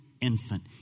infant